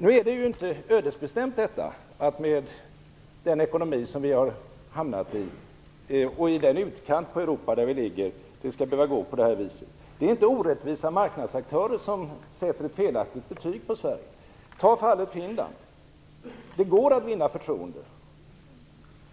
Nu är ju inte den ekonomi som vi har hamnat i ödesbestämd och inte heller att det skulle gå på det här viset i den utkant av Europa som vi ligger i. Det är inte orättvisa marknadsaktörer som sätter ett felaktigt betyg på Sverige. Ta fallet Finland där det går att vinna förtroende,